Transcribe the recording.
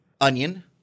onion